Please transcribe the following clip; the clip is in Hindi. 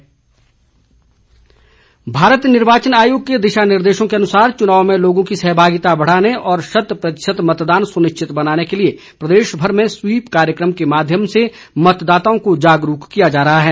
स्वीप कार्यक्रम भारत निर्वाचन आयोग के दिशा निर्देशों के अनुसार चुनाव में लोगों की सहभागिता बढ़ाने और शत प्रतिशत मतदान सुनिश्चित बनाने के लिए प्रदेश भर में स्वीप कार्यक्रम के माध्यम से मतदाताओं को जागरूक किया जा रहा है